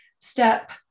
step